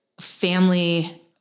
family